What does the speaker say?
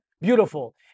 beautiful